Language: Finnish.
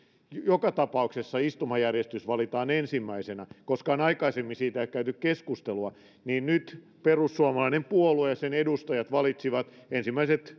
joka tapauksessa istumajärjestys valitaan ensimmäisenä koskaan aikaisemmin siitä ei ole käyty keskustelua niin nyt perussuomalainen puolue ja sen edustajat valitsivat